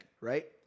Right